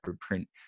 print